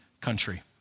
country